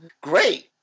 Great